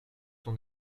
ton